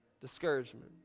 discouragement